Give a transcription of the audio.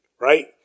Right